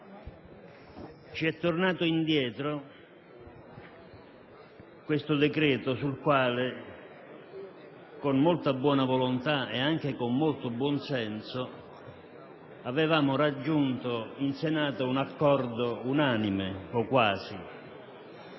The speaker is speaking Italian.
8 febbraio 2007, n. 8, sul quale, con molta buona volontà e anche con molto buonsenso, avevamo raggiunto in Senato un accordo unanime, o quasi,